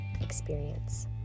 experience